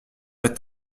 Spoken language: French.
est